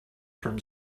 from